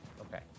Okay